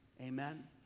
Amen